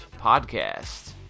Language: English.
Podcast